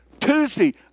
Tuesday